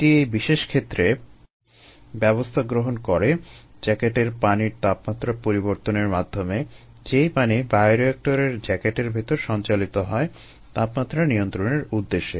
এটি এই বিশেষ ক্ষেত্রে ব্যবস্থা গ্রহণ করে জ্যাকেটের পানির তাপমাত্রা পরিবর্তনের মাধ্যমে যেই পানি বায়োরিয়েক্টরের জ্যাকেটের ভিতর সঞ্চালিত হয় - তাপমাত্রা নিয়ন্ত্রণের উদ্দেশ্যে